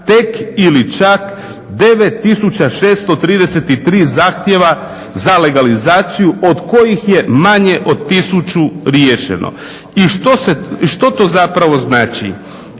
tek ili čak 9633 zahtjeva za legalizaciju od kojih je manje od tisuću riješeno. I što to zapravo znači?